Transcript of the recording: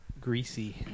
Greasy